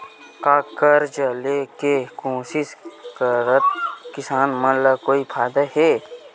का कर्जा ले के कोशिश करात किसान मन ला कोई फायदा हे?